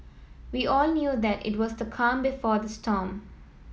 we all knew that it was the calm before the storm